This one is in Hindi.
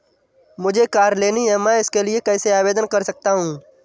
मुझे कार लेनी है मैं इसके लिए कैसे आवेदन कर सकता हूँ?